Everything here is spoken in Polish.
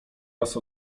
raz